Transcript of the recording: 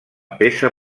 peça